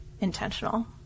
intentional